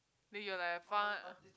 then you're like a fun